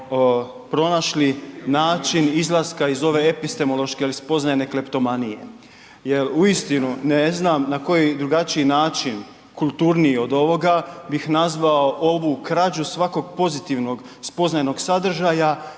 pronašli način izlaska iz ove epistemološke ili spoznajne kleptomanije jer uistinu ne znam na koji drugačiji način, kulturniji od ovoga bih nazvao ovu krađu svakog pozitivnog spoznajnog sadržaja